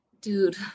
Dude